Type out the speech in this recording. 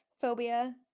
phobia